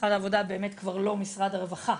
משרד העבודה באמת כבר לא משרד הרווחה.